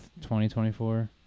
2024